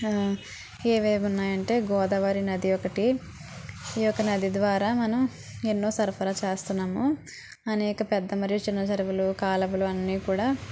ఆ ఏవేవి ఉన్నాయంటే గోదావరి నది ఒకటి ఈ యొక్క నది ద్వారా మనం ఎన్నో సరఫరా చేస్తన్నాము అనేక పెద్ద మరియు చిన్న చెరువులు కాలవలు అన్నీ కూడా